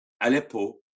Aleppo